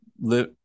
live